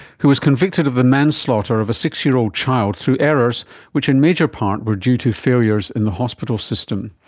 who was convicted of the manslaughter of a six-year-old child through errors which in major part were due to failures in the hospital system.